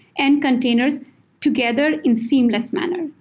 and containers together in seamless manner.